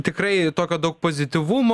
tikrai tokio daug pozityvumo